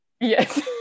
Yes